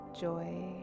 joy